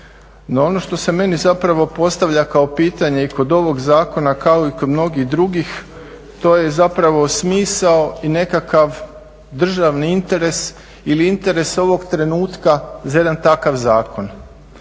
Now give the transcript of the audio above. ono što se meni zapravo postavlja kao pitanje i kod ovog zakona kao i kod mnogih drugih to je zapravo smisao i nekakav državni interes ili interes ovog trenutka za jedan takav zakon.